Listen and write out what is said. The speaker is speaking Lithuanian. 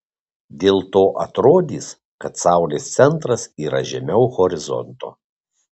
dėl to atrodys kad saulės centras yra žemiau horizonto